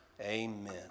Amen